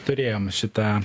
turėjom šitą